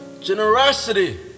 Generosity